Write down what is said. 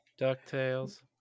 DuckTales